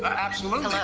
but absolutely. yeah